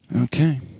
Okay